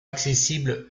accessible